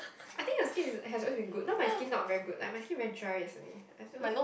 I think your skin is has always been good now my skin not very good like my skin very dry recently as always